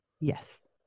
Yes